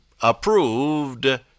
approved